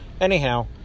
Anyhow